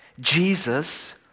Jesus